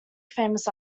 famous